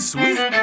Sweet